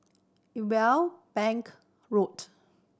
Irwell Bank Road